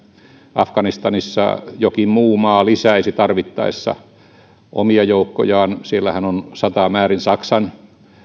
afganistanissa jokin muu maa lisäisi tarvittaessa omia joukkojaan siellähän on satamäärin saksan